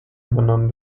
übernommen